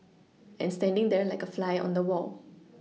and standing there like a fly on the Wall